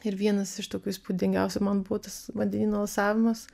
ir vienas iš tokių įspūdingiausių man buvo tas vandenyno alsavimas